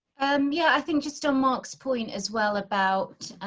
um yeah, i think you still marks point as well about.